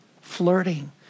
flirting